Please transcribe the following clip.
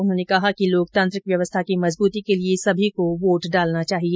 उन्होंने कहा कि लोकतांत्रिक व्यवस्था की मजबूती के लिए सभी को वोट डालना चाहिए